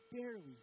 barely